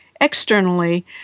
externally